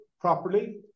properly